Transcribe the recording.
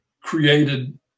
created